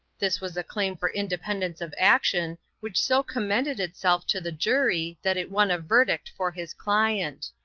this was a claim for independence of action which so commended itself to the jury that it won a verdict for his client.